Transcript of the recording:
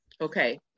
Okay